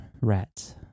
rats